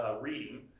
reading